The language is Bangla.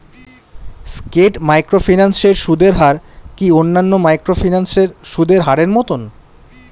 স্কেট মাইক্রোফিন্যান্স এর সুদের হার কি অন্যান্য মাইক্রোফিন্যান্স এর সুদের হারের মতন?